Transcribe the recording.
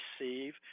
receive